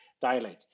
dilate